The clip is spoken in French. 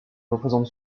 représente